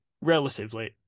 relatively